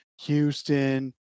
Houston